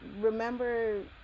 remember